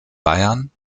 bayern